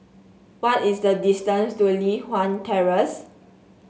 what is the distance to Li Hwan Terrace